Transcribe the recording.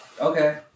okay